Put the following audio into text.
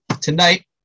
Tonight